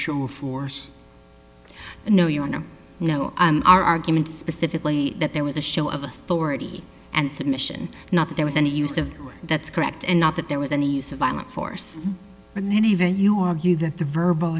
show of force no your honor our argument specifically that there was a show of authority and submission not that there was any use of that's correct and not that there was any use of violent force but in any event you argue that the verbal